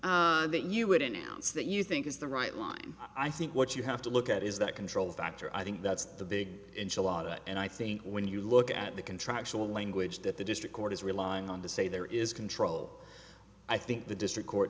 line that you would announce that you think is the right line i think what you have to look at is that control factor i think that's the big enchilada and i think when you look at the contractual language that the district court is relying on to say there is control i think the district court